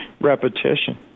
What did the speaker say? repetition